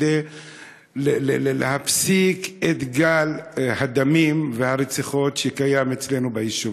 כדי להפסיק את גל הדמים והרציחות שקיים אצלנו ביישובים.